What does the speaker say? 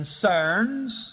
concerns